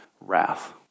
wrath